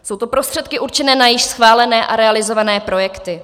Jsou to prostředky určené na již schválené a realizované projekty.